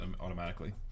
automatically